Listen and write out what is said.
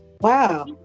wow